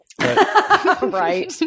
right